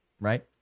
right